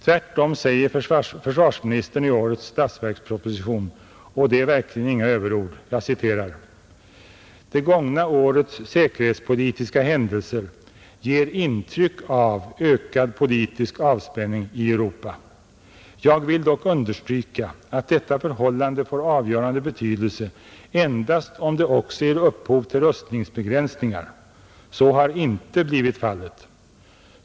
Tvärtom säger försvarsministern i årets statsverksproposition följande, och det är inga överord: ”Det gångna årets säkerhetspolitiska händelser ger intryck av ökad politisk avspänning i Europa. Jag vill dock understryka att detta förhållande får avgörande betydelse endast om det också ger upphov till rustningsbegränsningar. Så har inte blivit fallet.